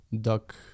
duck